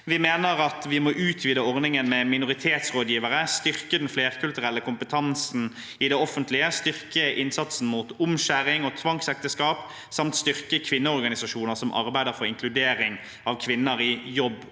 Vi mener at vi må utvide ordningen med minoritetsrådgivere, styrke den flerkulturelle kompetansen i det offentlige, styrke innsatsen mot omskjæring og tvangsekteskap samt styrke kvinneorganisasjoner som arbeider for inkludering av kvinner i jobb